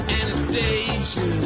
Anastasia